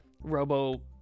robo